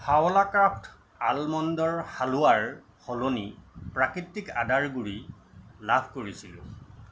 হাৱলা কাফ্ট আলমণ্ডৰ হালোৱাৰ সলনি প্ৰাকৃতিক আদাৰ গুড়ি লাভ কৰিছিলোঁ